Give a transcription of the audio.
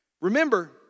Remember